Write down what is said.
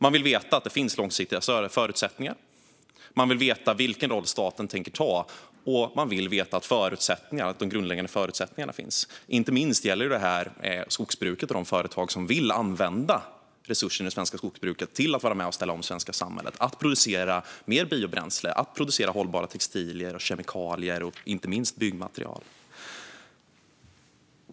Man vill veta att det finns långsiktiga förutsättningar, man vill veta vilken roll staten tänker ta och man vill veta att de grundläggande förutsättningarna finns. Det gäller inte minst skogsbruket och de företag som vill använda resurserna i det svenska skogsbruket till att vara med och ställa om det svenska samhället genom att producera mer biobränsle, hållbara textilier och kemikalier och inte minst byggmaterial.